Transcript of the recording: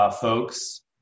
folks